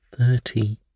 thirty